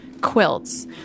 quilts